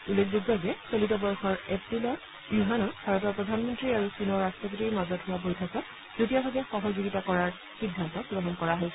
উল্লেখযোগ্য যে চলিত বৰ্ষৰ এপ্ৰিলত য়ুহানত ভাৰতৰ প্ৰধানমন্ত্ৰী আৰু চীনৰ ৰাট্টপতিৰ মাজত হোৱা বৈঠকত যুটীয়াভাৱে সহযোগিতা কৰাৰ সিদ্ধান্ত গ্ৰহণ কৰা হৈছিল